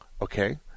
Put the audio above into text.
Okay